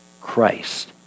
Christ